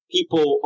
People